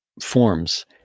forms